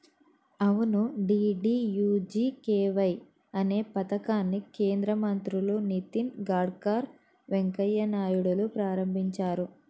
అవును డి.డి.యు.జి.కే.వై అనే పథకాన్ని కేంద్ర మంత్రులు నితిన్ గడ్కర్ వెంకయ్య నాయుడులు ప్రారంభించారు